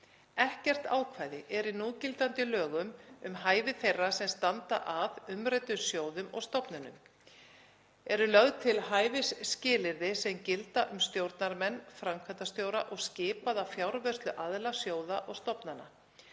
Ekkert ákvæði er í núgildandi lögum um hæfi þeirra sem standa að umræddum sjóðum og stofnunum. Eru lögð til hæfisskilyrði sem gilda um stjórnarmenn, framkvæmdastjóra og skipaða fjárvörsluaðila sjóða og stofnana.